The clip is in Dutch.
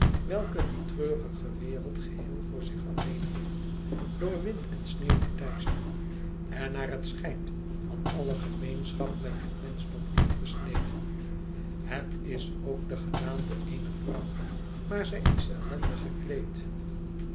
welke die treurige wereld geheel voor zich alleen heeft door wind en sneeuw geteisterd en naar het schijnt van alle gemeenschap met het menschdom afgesneden het is ook de gedaante eener vrouw maar zij is ellendig gekleed